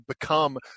become